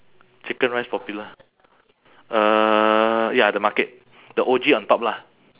chicken rice popular uh ya the market the O_G on top lah